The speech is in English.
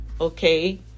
okay